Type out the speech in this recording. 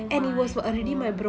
oh my god